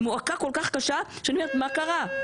מועקה כל כך קשה שאני אומרת מה קרה?